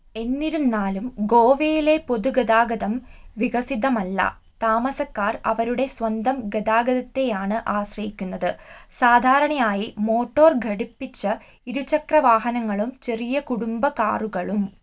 എന്നിരുന്നാലും ഗോവയിലെ പൊതുഗതാഗതം വികസിതമല്ല താമസക്കാർ അവരുടെ സ്വന്തം ഗതാഗതത്തെയാണ് ആശ്രയിക്കുന്നത് സാധാരണയായി മോട്ടോർ ഘടിപ്പിച്ച ഇരുചക്രവാഹനങ്ങളും ചെറിയ കുടുംബ കാറുകളും